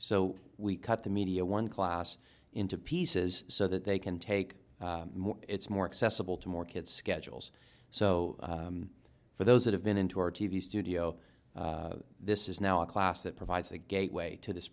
so we cut the media one class into pieces so that they can take more it's more accessible to more kids schedules so for those that have been into our t v studio this is now a class that provides a gateway to this